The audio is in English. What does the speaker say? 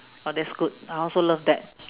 oh that's good I also love that